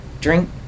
drink